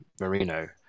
Marino